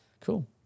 Cool